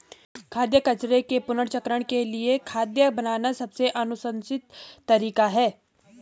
खाद्य कचरे के पुनर्चक्रण के लिए खाद बनाना सबसे अनुशंसित तरीका है